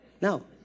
Now